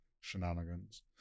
shenanigans